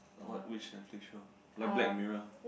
what which netflix show like Black Mirror